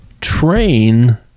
train